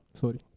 sorry